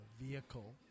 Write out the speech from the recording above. vehicle